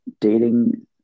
dating